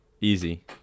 Easy